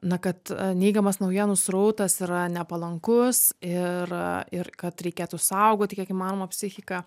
na kad neigiamas naujienų srautas yra nepalankus ir ir kad reikėtų saugoti kiek įmanoma psichiką